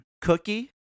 cookie